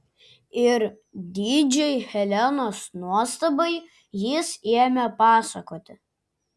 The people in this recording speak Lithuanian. ir didžiai helenos nuostabai jis ėmė pasakoti